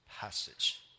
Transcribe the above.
passage